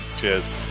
Cheers